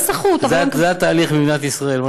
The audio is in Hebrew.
זה התהליך במדינת ישראל, מה לעשות.